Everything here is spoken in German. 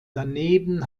daneben